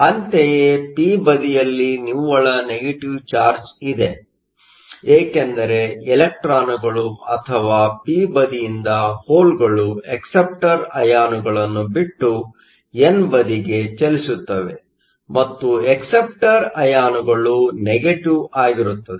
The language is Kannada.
ಅಂತೆಯೇ ಪಿ ಬದಿಯಲ್ಲಿ ನಿವ್ವಳ ನೆಗೆಟಿವ್ ಚಾರ್ಜ್ ಇದೆ ಏಕೆಂದರೆ ಇಲೆಕ್ಟ್ರಾನ್ಗಳು ಅಥವಾ ಪಿ ಬದಿಯಿಂದ ಹೋಲ್Holeಗಳು ಅಕ್ಸೆಪ್ಟರ್ ಅಯಾನುIonಗಳನ್ನು ಬಿಟ್ಟು ಎನ್ ಬದಿಗೆ ಚಲಿಸುತ್ತವೆ ಮತ್ತು ಅಕ್ಸೆಪ್ಟರ್Acceptor ಅಯಾನುಗಳು ನೆಗೆಟಿವ್ ಆಗಿರುತ್ತದೆ